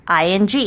ing